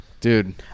Dude